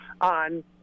on